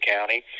County